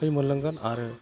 दै मोनलोंगोन आरो